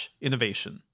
innovation